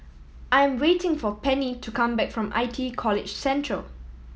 I am waiting for Penny to come back from I T E College Central